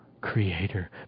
Creator